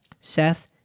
Seth